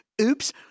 Oops